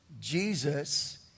Jesus